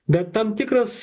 bet tam tikras